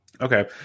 Okay